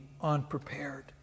unprepared